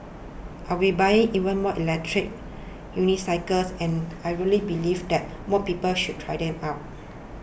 I will buying even more electric unicycles and I really believe that more people should try them out